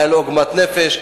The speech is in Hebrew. היתה לו עוגמת נפש.